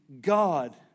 God